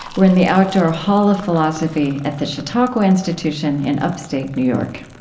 we're in the outdoor hall of philosophy at the chautauqua institution in upstate new york